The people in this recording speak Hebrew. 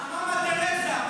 מאמא תרזה.